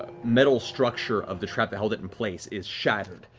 metal structure of the trap that held it in place is shattered.